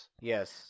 Yes